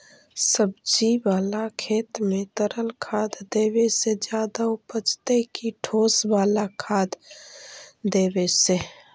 सब्जी बाला खेत में तरल खाद देवे से ज्यादा उपजतै कि ठोस वाला खाद देवे से?